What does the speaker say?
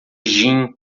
gin